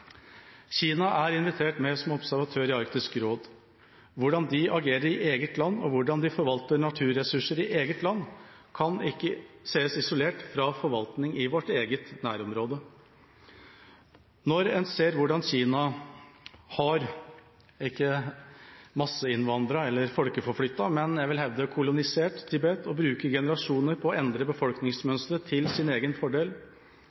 Kina er invitert med som observatør i Arktisk råd. Hvordan de agerer i eget land, og hvordan de forvalter naturressurser i eget land, kan ikke ses isolert fra forvaltning i vårt eget nærområde. Når en ser hvordan Kina har – ikke masseinnvandret eller folkeforflyttet, men jeg vil hevde – kolonisert Tibet og bruker generasjoner på å endre befolkningsmønsteret til sin egen fordel,